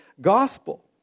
gospel